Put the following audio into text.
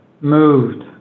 moved